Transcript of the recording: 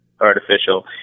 artificial